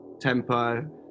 tempo